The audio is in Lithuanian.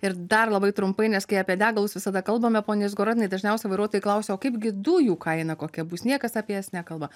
ir dar labai trumpai nes kai apie degalus visada kalbame pone izgorodinai dažniausiai vairuotojai klausia o kaipgi dujų kaina kokia bus niekas apie jas nekalba